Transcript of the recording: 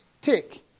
tick